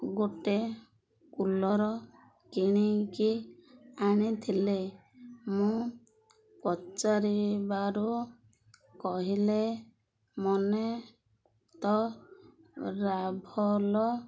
ଗୋଟେ କୁଲର କିଣିକି ଆଣିଥିଲେ ମୁଁ ପଚାରିବାରୁ କହିଲେ ମନେ ତ ରାଭଲ